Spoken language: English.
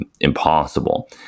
impossible